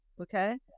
Okay